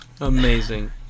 Amazing